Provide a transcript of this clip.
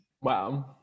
Wow